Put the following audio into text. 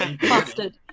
Bastard